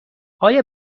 آیا